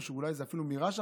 או אולי זה אפילו רש"א,